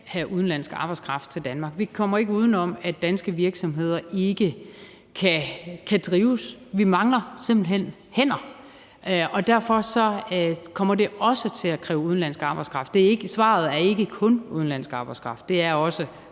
have udenlandsk arbejdskraft til Danmark. Vi kommer ikke udenom, at danske virksomheder ikke kan drives. Vi mangler simpelt hen hænder, og derfor kommer det også til at kræve udenlandsk arbejdskraft. Svaret er ikke kun udenlandsk arbejdskraft; det er også